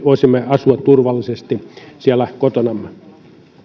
voisimme asua turvallisesti siellä kotonamme